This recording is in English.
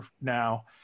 now